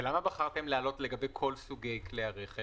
ולמה בחרתם להעלות לגבי כל סוגי כלי הרכב?